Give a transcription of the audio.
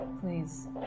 Please